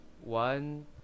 one